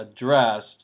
addressed